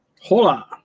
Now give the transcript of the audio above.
Hola